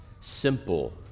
simple